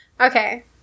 Okay